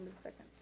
second.